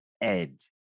edge